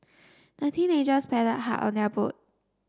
the teenagers paddled hard on their boat